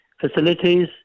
facilities